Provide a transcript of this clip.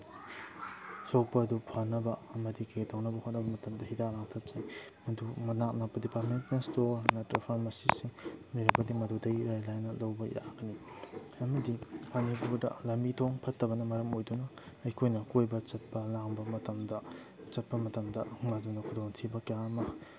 ꯁꯣꯛꯄꯗꯨ ꯐꯅꯕ ꯑꯃꯗꯤ ꯀꯔꯤ ꯀꯔꯤ ꯇꯧꯅꯕ ꯍꯣꯠꯅꯕ ꯃꯇꯝꯗ ꯍꯤꯗꯥꯛ ꯂꯥꯡꯊꯛ ꯆꯧꯏ ꯃꯗꯨ ꯃꯅꯥꯛ ꯅꯛꯄ ꯗꯤꯄꯥꯔꯠꯃꯦꯟꯇꯜ ꯏꯁꯇꯣꯔ ꯅꯠꯇ꯭ꯔꯒ ꯐꯥꯔꯃꯥꯁꯤꯁꯤꯡ ꯂꯩꯔꯕꯗꯤ ꯃꯗꯨꯗ ꯏꯔꯥꯏ ꯂꯥꯏꯅ ꯂꯧꯕ ꯌꯥꯒꯅꯤ ꯑꯃꯗꯤ ꯃꯅꯤꯄꯨꯔꯗ ꯂꯝꯕꯤ ꯊꯣꯡ ꯐꯠꯇꯕꯅ ꯃꯔꯝ ꯑꯣꯏꯗꯨꯅ ꯑꯩꯈꯣꯏꯅ ꯀꯣꯏꯕ ꯆꯠꯄ ꯂꯥꯡꯕ ꯃꯇꯝꯗ ꯆꯠꯄ ꯃꯇꯝꯗ ꯃꯗꯨꯅ ꯈꯨꯗꯣꯡꯊꯤꯕ ꯀꯌꯥ ꯑꯃ